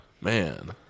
Man